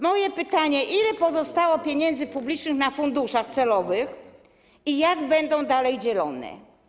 Moje pytanie: Ile pozostało pieniędzy publicznych na funduszach celowych i jak będą one dalej dzielone?